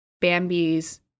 Bambi's